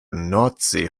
nordsee